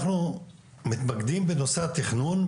אנחנו מתמקדים בנושא התכנון,